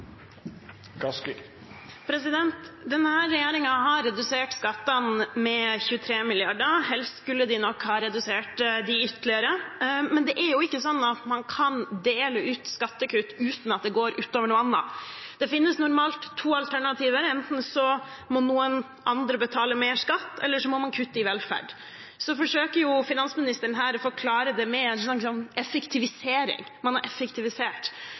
har redusert skattene med 23 mrd. kr. Helst skulle de nok ha redusert dem ytterligere. Men det er jo ikke sånn at man kan dele ut skattekutt uten at det går ut over noe annet. Det finnes normalt to alternativer: Enten må noen andre betale mer skatt, eller så må man kutte i velferden. Finansministeren forsøker her å forklare det med at man har effektivisert, men realiteten er at man i Norge har